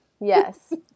Yes